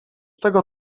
tego